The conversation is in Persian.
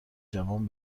جوان